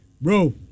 bro